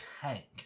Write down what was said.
tank